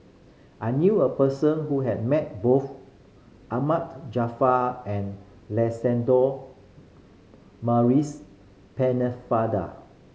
I knew a person who has met both Ahmad Jaafar and Maurice Pennefather